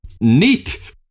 Neat